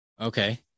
okay